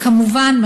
וכמובן,